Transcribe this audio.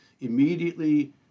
immediately